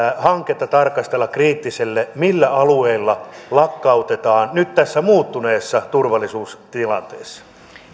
hanketta tarkastella kriittisesti millä alueilla lakkautetaan nyt tässä muuttuneessa turvallisuustilanteessa